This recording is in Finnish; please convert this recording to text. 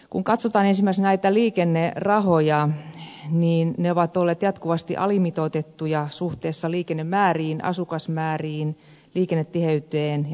kun katsotaan esimerkiksi näitä liikennerahoja ne ovat olleet jatkuvasti alimitoitettuja suhteessa liikennemääriin asukasmääriin liikennetiheyteen ja niin edespäin